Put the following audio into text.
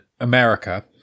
America